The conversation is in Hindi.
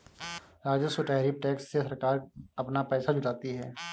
राजस्व टैरिफ टैक्स से सरकार अपना पैसा जुटाती है